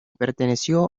perteneció